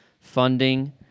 funding